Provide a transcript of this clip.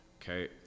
okay